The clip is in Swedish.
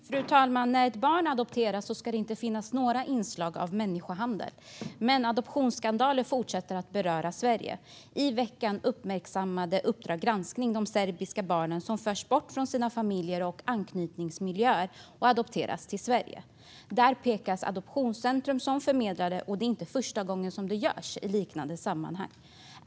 Fru talman! När ett barn adopteras ska det inte finnas några inslag av människohandel. Men adoptionsskandaler fortsätter att beröra Sverige. I veckan uppmärksammade Uppdrag granskning att serbiska barn förts bort från sina familjer och anknytningsmiljöer och adopterats till Sverige. Adoptionscentrum pekas ut som förmedlare. Det är inte första gången i liknande sammanhang.